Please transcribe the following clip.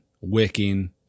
wicking